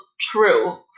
true